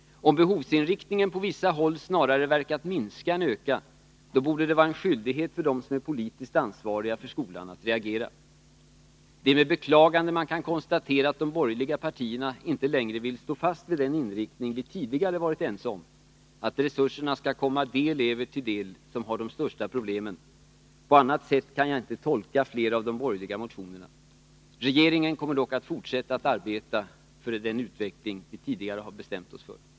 Om behovsinriktningen på vissa håll snarare verkat minska än öka, då borde det vara en skyldighet för dem som är politiskt ansvariga för skolan att reagera. Det är med beklagande man kan konstatera att de borgerliga partierna inte längre vill stå fast vid den inriktning vi tidigare har varit ense om — att resurserna skall komma de elever till del som har de största problemen. På annat sätt kan jag inte tolka flera av de borgerliga motionerna. Regeringen kommer dock att fortsätta att arbeta för den utveckling vi tidigare har bestämt oss för.